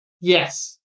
yes